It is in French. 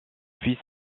fils